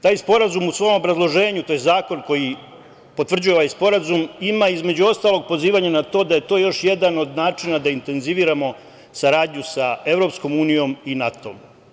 Taj sporazum u svom obrazloženju, to je zakon koji potvrđuje ovaj sporazum ima između ostalog pozivanjem na to da je to još jedan od načina da intenziviramo saradnju sa EU i sa NATO.